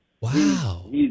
Wow